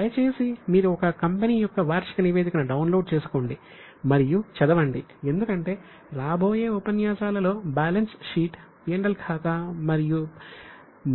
దయచేసి మీరు ఒక కంపెనీ యొక్క వార్షిక నివేదికను డౌన్లోడ్ చేసుకోండి మరియు చదవండి ఎందుకంటే రాబోయే ఉపన్యాసాలలో బ్యాలెన్స్ షీట్ P L ఖాతా